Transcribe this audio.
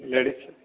ladies